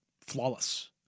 flawless